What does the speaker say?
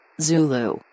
Zulu